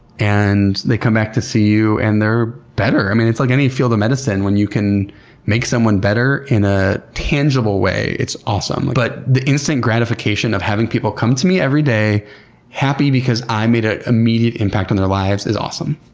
and they come back to see you, and they're better. i mean, it's like any field of medicine when you can make someone better in a tangible way. it's awesome. but the instant gratification of having people come to me every day happy because i made an ah immediate impact on their lives is awesome.